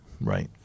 Right